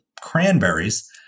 cranberries